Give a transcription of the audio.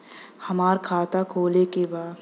हमार खाता खोले के बा?